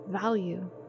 value